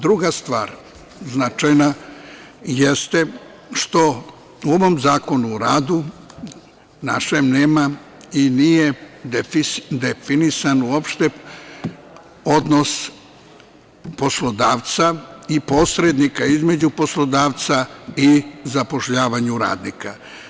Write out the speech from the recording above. Druga stvar, značajna, jeste što u ovom Zakonu o radu našem, nema i nije definisan uopšte odnos poslodavca i posrednika između poslodavca i zapošljavanju radnika.